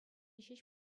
ҫеҫ